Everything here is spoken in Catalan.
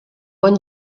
bon